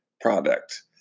product